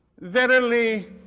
Verily